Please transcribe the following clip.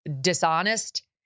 dishonest